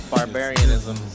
Barbarianism